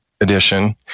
edition